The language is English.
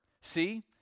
See